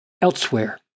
elsewhere